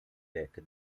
lübeck